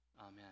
Amen